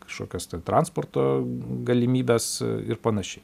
kažkokias transporto galimybes ir panašiai